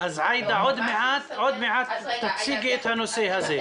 אז, עאידה, עוד מעט תציגי את הנושא הזה.